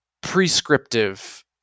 prescriptive